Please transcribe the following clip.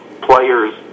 players